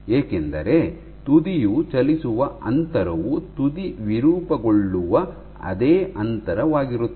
ಏಕೆಂದರೆ ತುದಿಯು ಚಲಿಸುವ ಅಂತರವು ತುದಿ ವಿರೂಪಗೊಳ್ಳುವ ಅದೇ ಅಂತರವಾಗಿರುತ್ತದೆ